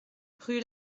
rue